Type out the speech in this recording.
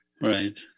right